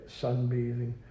sunbathing